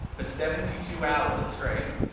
for seventy two hours straight,